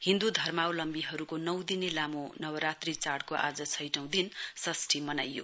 हिन्दु धर्मावलम्बीहरूको नौ दिने लामो नवरात्री चाढको आज छैटौ दिन षष्ठी मनाइयो